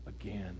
again